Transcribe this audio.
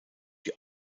die